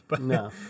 No